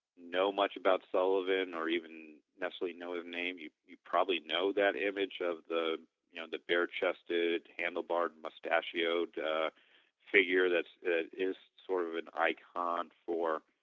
know much about sullivan or even necessarily know his name you you probably know that image of the you know the bare-chested handle-bar and mustachioed figure that is sort of an icon for